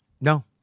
No